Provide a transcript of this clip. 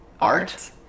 art